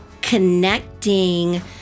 connecting